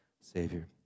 Savior